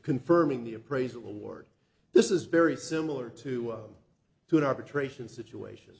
confirming the appraisal award this is very similar to up to an arbitration situation